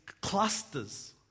clusters